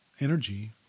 energy